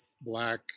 black